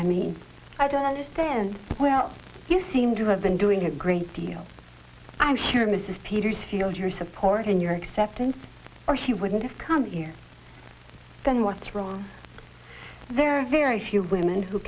i mean i don't understand well you seem to have been doing a great deal i'm sure mrs peters feels your support and your acceptance or he wouldn't have come here then what's wrong there are very few women who